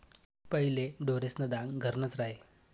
पहिले ढोरेस्न दान घरनंच र्हाये